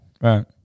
right